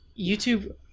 YouTube